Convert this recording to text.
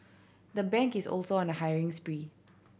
the bank is also on a hiring spree